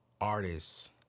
artists